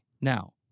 Now